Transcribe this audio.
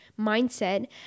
mindset